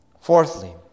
Fourthly